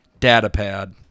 Datapad